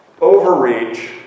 overreach